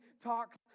talks